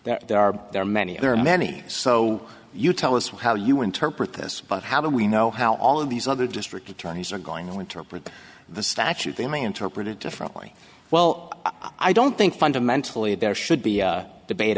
state there are there are many there are many so you tell us how you interpret this but how do we know how all of these other district attorneys are going to interpret the statute they may interpret it differently well i don't think fundamentally there should be a debate